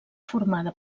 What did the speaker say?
formada